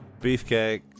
Beefcake